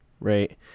right